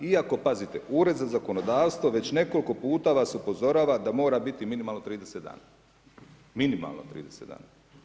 Iako pazite, Ured za zakonodavstvo, već nekoliko puta vas upozorava da mora biti minimalno 30 dana, minimalno 30 dana.